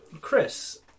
Chris